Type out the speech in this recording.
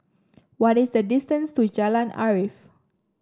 what is the distance to Jalan Arif